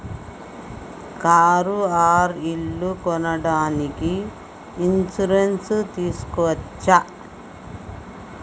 Car or ఇల్లు కొనడానికి insurance తీస్కోవచ్చా?